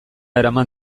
eraman